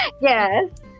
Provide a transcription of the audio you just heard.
yes